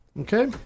Okay